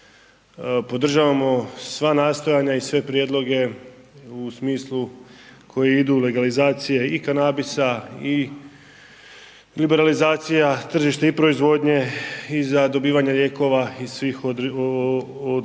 podržavamo sva nastojanja i sve prijedloge u smislu koji idu legalizacije i kanabisa i liberalizacija tržišta i proizvodnje i za dobivanje lijekova i svih ostalih